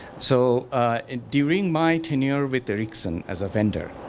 so and during my tenure with erickson as a vendor,